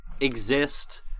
exist